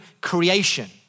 creation